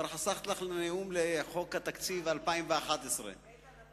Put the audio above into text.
כבר חסכת לך נאום לחוק התקציב 2011. איתן, אתה